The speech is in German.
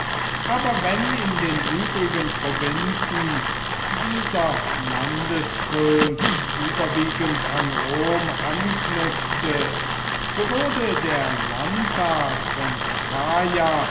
aber wenn in den übrigen provinzen dieser landeskult überwiegend an rom anknüpfte so wurde der landtag von